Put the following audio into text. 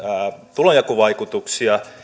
tulonjakovaikutuksia